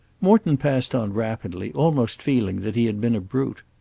morton passed on rapidly, almost feeling that he had been a brute.